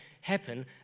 happen